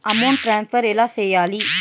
amount transfer ఎలా సేయాలి